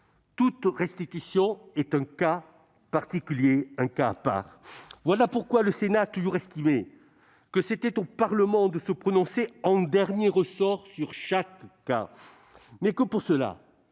toute restitution est un cas à part. Voilà pourquoi le Sénat a toujours estimé que c'était au Parlement de se prononcer en dernier ressort sur chaque cas, mais que, pour cela,